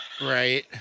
right